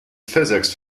physics